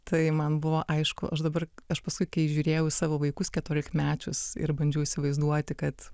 tai man buvo aišku aš dabar aš paskui kai žiūrėjau į savo vaikus keturiolikmečius ir bandžiau įsivaizduoti kad